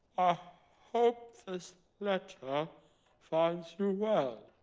ah hope this letter ah finds you well.